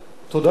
אדוני השר,